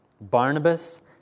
Barnabas